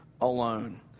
alone